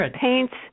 paints